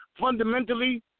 Fundamentally